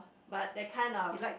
but that kinds of